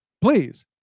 Please